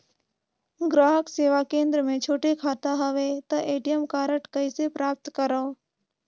ग्राहक सेवा केंद्र मे छोटे खाता हवय त ए.टी.एम कारड कइसे प्राप्त करव?